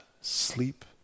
sleep